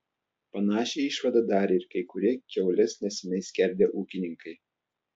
panašią išvadą darė ir kai kurie kiaules neseniai skerdę ūkininkai